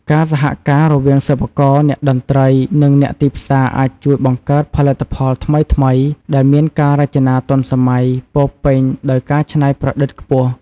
ការសហការរវាងសិប្បករ អ្នកតន្ត្រី និងអ្នកទីផ្សារអាចជួយបង្កើតផលិតផលថ្មីៗដែលមានការរចនាទាន់សម័យពោលពេញដោយការច្នៃប្រឌិតខ្ពស់។